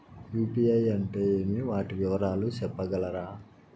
UPI అంటే ఏమి? వాటి వివరాలు సెప్పగలరా?